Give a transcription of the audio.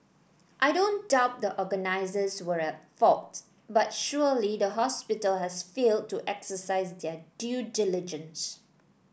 I don't doubt the organisers were at fault but surely the hospital has failed to exercise their due diligence